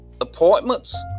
appointments